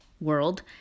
world